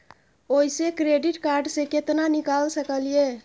ओयसे credit card से केतना निकाल सकलियै?